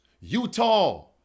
Utah